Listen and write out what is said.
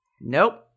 Nope